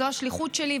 זו השליחות שלי,